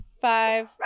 five